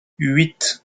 huit